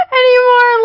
anymore